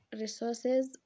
resources